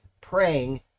praying